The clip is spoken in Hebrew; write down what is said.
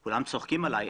עד שאילצתי אותו לכתוב את